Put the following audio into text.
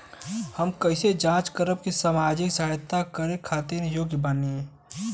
हम कइसे जांच करब की सामाजिक सहायता करे खातिर योग्य बानी?